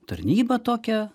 tarnybą tokią